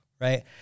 right